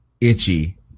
itchy